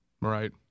Right